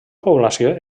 població